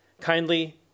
Kindly